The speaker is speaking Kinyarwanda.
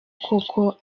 koko